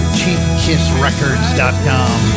CheapKissRecords.com